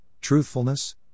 truthfulness